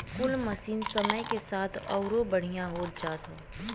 कुल मसीन समय के साथ अउरो बढ़िया होत जात हौ